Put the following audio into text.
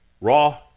raw